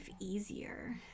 easier